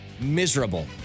Miserable